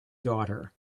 daughter